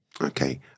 Okay